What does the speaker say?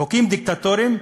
חוקים דיקטטוריים,